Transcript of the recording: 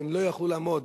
שהם לא יוכלו לעמוד.